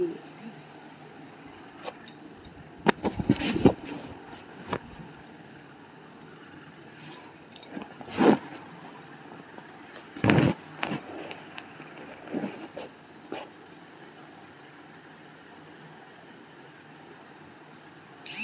मोहन कहले कि डोलोमाइटेर द्वारा हमरा अम्लीकरण करवा सख छी